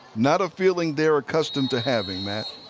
not a feeling they're accustomed to having, matt.